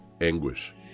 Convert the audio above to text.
anguish